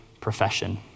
profession